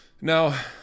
Now